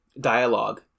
dialogue